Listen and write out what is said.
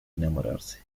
enamorarse